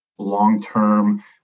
long-term